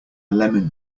lemon